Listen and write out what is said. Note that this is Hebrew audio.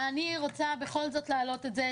אני רוצה בכל זאת להעלות את זה,